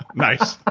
nice